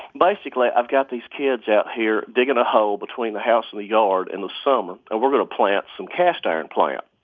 basically, i've got these kids out here digging a hole between the house and the yard in the summer, and we're going to plant some cast iron plant.